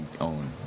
own